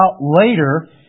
later